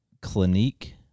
Clinique